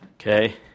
Okay